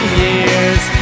years